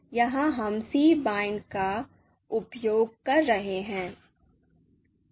इसलिए यहां हम cbind का उपयोग कर रहे हैं